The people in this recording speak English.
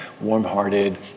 warm-hearted